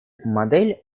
модель